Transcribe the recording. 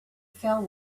fell